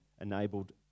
enabled